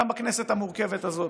גם בכנסת המורכבת הזאת.